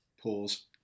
pause